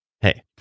hey